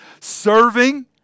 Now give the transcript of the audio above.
serving